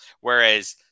Whereas